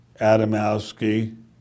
Adamowski